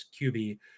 QB